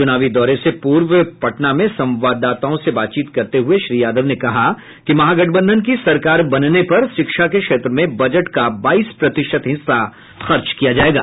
चुनावी दौरे से पूर्व पटना में संवाददाताओं से बात करते हुये श्री यादव ने कहा कि महागठबंधन की सरकार बनने पर शिक्षा के क्षेत्र में बजट का बाईस प्रतिशत हिस्सा खर्च किया जायेगा